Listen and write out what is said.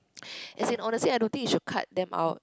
as in honestly I don't think you should cut them out